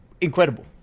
Incredible